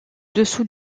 dessous